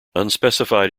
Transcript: unspecified